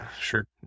Sure